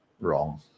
Wrong